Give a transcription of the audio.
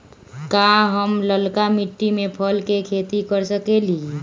का हम लालका मिट्टी में फल के खेती कर सकेली?